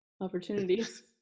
opportunities